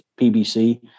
PBC